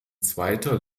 zweiter